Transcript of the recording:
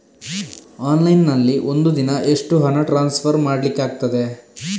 Online ನಲ್ಲಿ ಒಂದು ದಿನ ಎಷ್ಟು ಹಣ ಟ್ರಾನ್ಸ್ಫರ್ ಮಾಡ್ಲಿಕ್ಕಾಗ್ತದೆ?